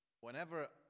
whenever